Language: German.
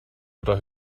oder